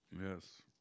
Yes